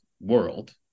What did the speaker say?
world